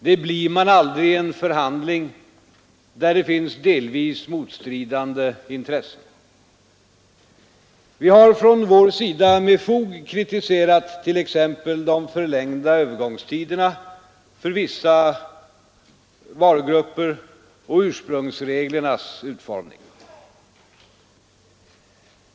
Det blir man aldrig i en förhandling där det finns delvis motstridande intressen. Vi har från vår sida med fog kritiserat t.ex. de förlängda övergångstiderna för vissa varugrupper och ursprungsreglernas utformning.